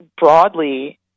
broadly